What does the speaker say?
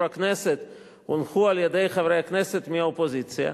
הכנסת הונחו על-ידי חברי הכנסת מהאופוזיציה,